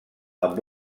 amb